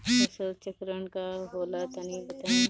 फसल चक्रण का होला तनि बताई?